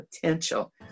potential